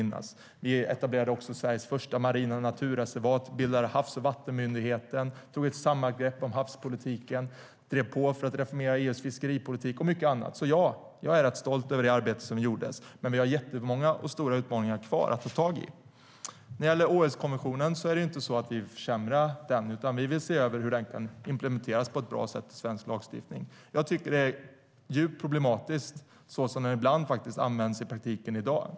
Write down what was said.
När det gäller Århuskonventionen är det inte så att vi vill försämra den, utan vi vill se över hur den kan implementeras på ett bra sätt i svensk lagstiftning. Jag tycker att det är djupt problematiskt hur den ibland faktiskt används i dag.